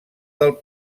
del